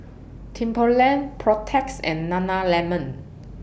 Timberland Protex and Nana Lemon